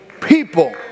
people